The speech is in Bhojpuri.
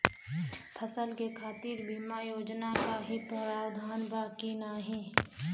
फसल के खातीर बिमा योजना क भी प्रवाधान बा की नाही?